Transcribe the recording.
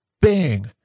Bang